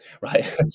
Right